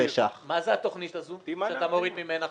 איפה הכסף של בתי החולים הציבוריים הלא ממשלתיים?